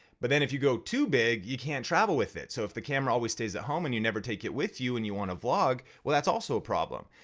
but then if you go too big, you can't travel with it. so if the camera always stays at home and you never take it with you and you wanna vlog, well that's also a problem.